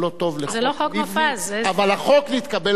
ולא ייקחו עליהם גם חלק מהחובות במקרה שיש חובות.